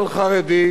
הוא אויש.